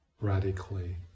radically